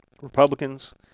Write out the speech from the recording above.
Republicans